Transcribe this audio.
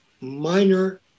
minor